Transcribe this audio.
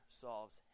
solves